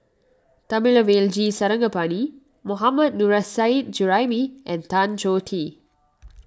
Thamizhavel G Sarangapani Mohammad Nurrasyid Juraimi and Tan Choh Tee